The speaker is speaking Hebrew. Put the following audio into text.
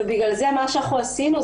ובגלל זה מה שאנחנו עשינו,